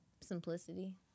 Simplicity